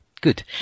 Good